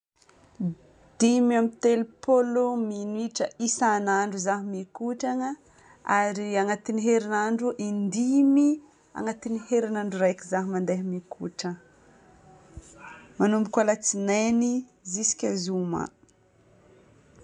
Dimy amby telopolo minitra isan'andro zaho mikotrana, ary agnatin'ny herinandro indimy agnatin'ny herinadro raika zaho mandeha mikotrana. Manomboka latsinainy jusqu'à zoma.